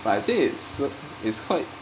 but I think it's so~ it's quite